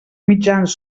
mitjans